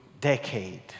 Decade